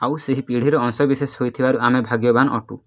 ଆଉ ସେହି ପିଢ଼ିର ଅଂଶବିଶେଷ ହେଇଥିବାରୁ ଆମେ ଭାଗ୍ୟବାନ ଅଟୁ